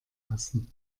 lassen